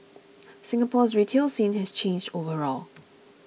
Singapore's retail scene has changed overall